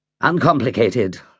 Uncomplicated